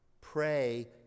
pray